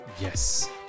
Yes